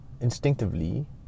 instinctively